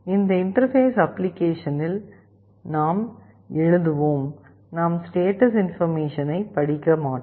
இந்த இன்டர்பேஸ் அப்ளிகேஷனில் நாம் எழுதுவோம் நாம் ஸ்டேட்டஸ் இன்பர்மேஷனை படிக்க மாட்டோம்